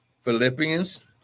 Philippians